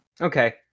Okay